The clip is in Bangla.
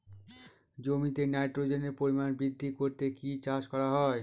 জমিতে নাইট্রোজেনের পরিমাণ বৃদ্ধি করতে কি চাষ করা হয়?